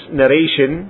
narration